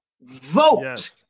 vote